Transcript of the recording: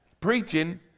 preaching